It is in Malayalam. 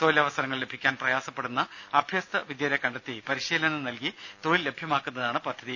തൊഴിലവസരങ്ങൾ ലഭിക്കാൻ പ്രയാസപ്പെടുന്ന അഭ്യസ്ഥ വിദ്യരെ കണ്ടെത്തി പരിശീലനം നൽകി തൊഴിൽ ലഭ്യമാക്കുന്നതാണ് പദ്ധതി